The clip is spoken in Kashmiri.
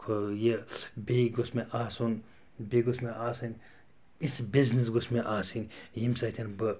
ٲں یہِ بیٚیہِ گوٚژھ مےٚ آسُن بیٚیہِ گوٚژھ مےٚ آسٕنۍ یِژھ بِزنیٚس گوٚژھ مےٚ آسٕنۍ ییٚمہِ سۭتۍ بہٕ